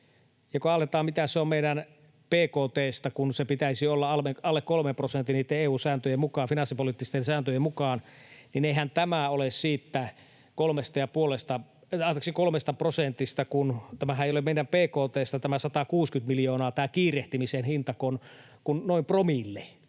kun ajatellaan, mitä se on meidän bkt:stä, kun sen pitäisi olla alle kolmen prosentin niitten EU-sääntöjen mukaan, finanssipoliittisten sääntöjen mukaan, niin eihän tämä ole siitä kolmesta prosentista, tämähän ei ole meidän bkt:stä tämä 160 miljoonaa, tämä kiirehtimisen hinta, kuin noin promillen,